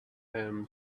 him